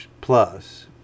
plus